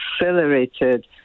accelerated